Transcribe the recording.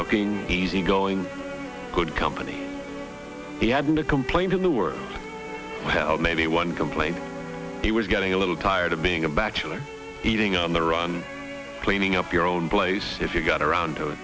looking easy going good company he had been a complaint in the work hell maybe one complaint he was getting a little tired of being a bachelor eating on the run cleaning up your own place if you got around to it